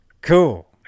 Cool